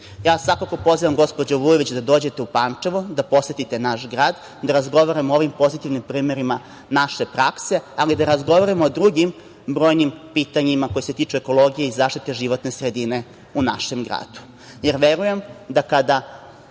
pozivam gospođu Vujović, da dođe u Pančevo, da posetite naš grad, da razgovaramo o ovim pozitivnim primerima naše prakse, ali i da razgovaramo i o drugim brojnim pitanjima, koji se tiču ekologije i zaštite životne sredine, u našem gradu,